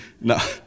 No